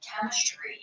chemistry